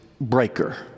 breaker